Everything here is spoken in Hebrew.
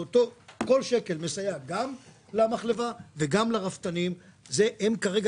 כל שקל מסייע גם למחלבה וגם לרפתנים שהם כרגע